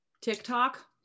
TikTok